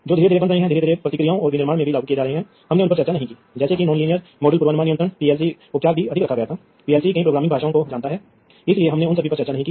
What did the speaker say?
तो एक पुनरावर्तक वास्तव में आप देख रहे हैं यह जोड़ता है यह एक बस खंड है मुझे बेहतर रंग की कोशिश करने दें इसलिए यह एक बस खंड है और यह पुनरावर्तक वास्तव में बात करता है इसलिए जो भी डेटा है